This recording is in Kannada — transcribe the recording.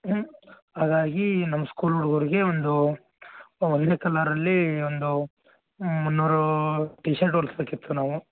ಹ್ಞೂ ಹಾಗಾಗಿ ನಮ್ಮ ಸ್ಕೂಲ್ ಹುಡುಗರ್ಗೆ ಒಂದೂ ಒಂದೇ ಕಲರಲ್ಲೀ ಒಂದು ಮುನ್ನೂರೂ ಟೀ ಶರ್ಟ್ ಹೊಲಿಸ್ಬೇಕಿತ್ತು ನಾವು